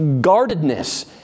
guardedness